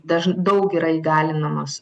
daž daug yra įgalinamos